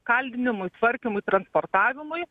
kaldinimui tvarkymui transportavimui